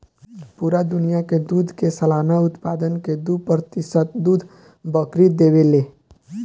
पूरा दुनिया के दूध के सालाना उत्पादन के दू प्रतिशत दूध बकरी देवे ले